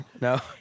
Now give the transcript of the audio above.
No